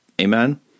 Amen